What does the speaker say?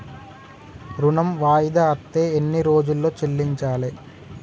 ఋణం వాయిదా అత్తే ఎన్ని రోజుల్లో చెల్లించాలి?